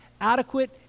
adequate